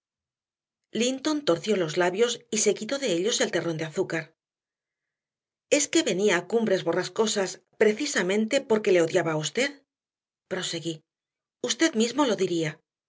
linton torció los labios y se quitó de ellos el terrón de azúcar es que venía a cumbres borrascosas precisamente porque le odiaba a usted proseguí usted mismo lo diría